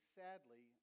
sadly